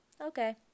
okay